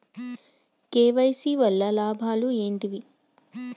KYC వల్ల లాభాలు ఏంటివి?